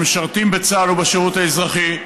שמשרתים בצה"ל ובשירות האזרחי,